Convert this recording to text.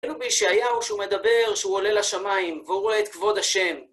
ראינו בישעיהו שהוא מדבר, שהוא עולה לשמיים, והוא רואה את כבוד השם.